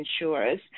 insurers